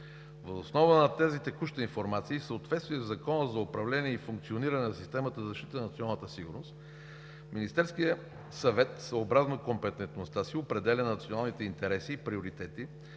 Въз основа на тази текуща информация и в съответствие със Закона за управление и функциониране на системата за защита на националната сигурност Министерският съвет, съобразно компетентността си, определя националните интереси и приоритети,